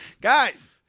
Guys